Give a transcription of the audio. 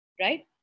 right